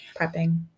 prepping